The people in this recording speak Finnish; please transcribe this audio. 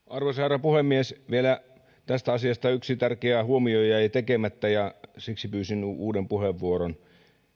arvoisa herra puhemies vielä yksi tärkeä huomio tästä asiasta jäi tekemättä ja siksi pyysin uuden puheenvuoron siitä